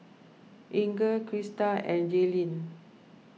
Inger Krysta and Jailyn